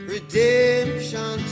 Redemption